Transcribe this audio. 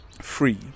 free